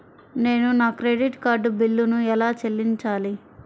నేను నా credit card బిల్లును ఎలా చెల్లించాలీ?